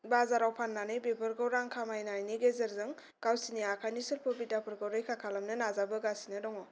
बाजाराव फान्नानै बेफोरखौ रां खामायनायनि गेजेरजों गावसोरनि आखाइनि सिल्प' बिद्याफोरखौ रैखा खालामनो नाजाबोगासिनो दङ